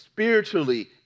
Spiritually